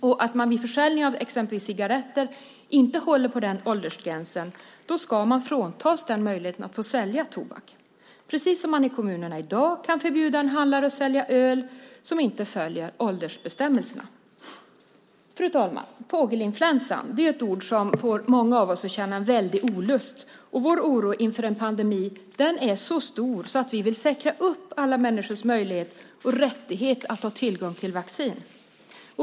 Om man vid försäljning av exempelvis cigaretter inte håller på åldersgränsen ska man fråntas möjligheten att få sälja tobak, precis som kommunerna i dag kan förbjuda en handlare som inte följer åldersbestämmelserna att sälja öl. Fru talman! Fågelinfluensa är ett ord som får många av oss att känna en väldig olust. Vår oro inför en pandemi är så stor att vi vill säkra alla människors möjlighet och rättighet att ha tillgång till vaccin.